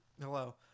Hello